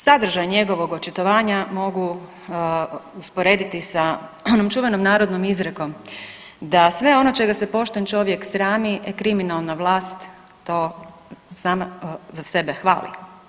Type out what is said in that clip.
Sadržaj njegovog očitovanja mogu usporediti sa onom čuvenom narodnom izrekom da sve ono čega se pošten čovjek srami kriminalna vlast to sama za sebe hvali.